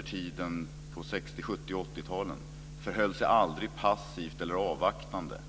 1980-talen förhöll sig aldrig passiva eller avvaktande